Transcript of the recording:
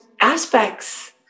aspects